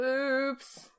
Oops